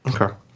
Okay